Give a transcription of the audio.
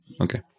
Okay